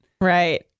Right